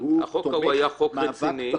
שהוא תומך מאבק בחוק,